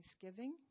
Thanksgiving